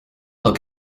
look